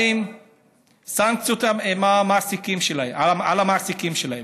סנקציות על המעסיקים שלהם.